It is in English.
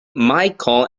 micheal